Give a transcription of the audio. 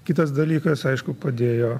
kitas dalykas aišku padėjo